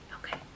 Okay